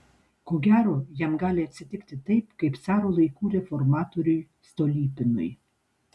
ko gero jam gali atsitikti taip kaip caro laikų reformatoriui stolypinui